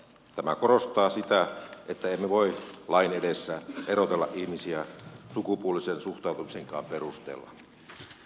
tämä korostaa sitä että emme voi lain edessä erotella ihmisiä sukupuolisen suuntautumisenkaan perusteella